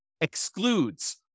excludes